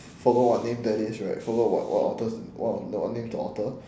forgot what name that is right forgot what what author is what th~ what name is the author